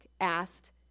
asked